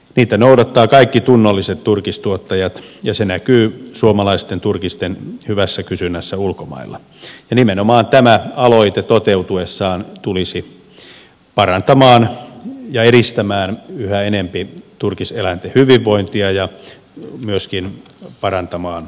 niitä noudattavat kaikki tunnolliset turkistuottajat ja se näkyy suomalaisten turkisten hyvässä kysynnässä ulkomailla ja nimenomaan tämä aloite toteutuessaan tulisi parantamaan ja edistämään yhä enempi turkiseläinten hyvinvointia ja myöskin parantamaan laatua